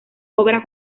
obra